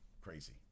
crazy